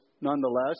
nonetheless